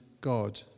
God